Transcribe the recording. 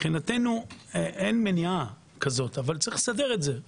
מבחינתנו אין מניעה כזאת אבל יש לסדר את זה.